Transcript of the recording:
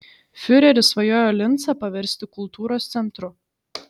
fiureris svajojo lincą paversti kultūros centru